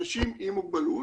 אנשים עם מוגבלות.